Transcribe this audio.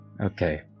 Okay